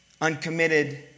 Uncommitted